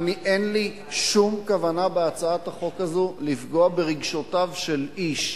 אין לי שום כוונה בהצעת החוק הזו לפגוע ברגשותיו של איש,